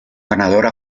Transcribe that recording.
ganadora